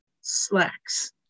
slacks